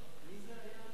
מי זה היה אז?